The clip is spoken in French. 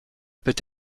peut